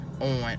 on